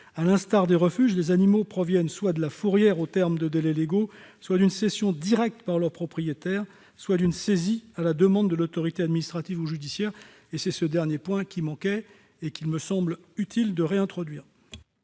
dans les refuges, ces animaux proviennent soit de la fourrière au terme des délais légaux, soit d'une cession directe par leur propriétaire, soit d'une saisie à la demande de l'autorité administrative ou judiciaire. C'est ce dernier point qui manquait et qu'il me semble utile de réintroduire